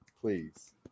please